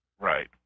Right